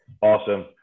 Awesome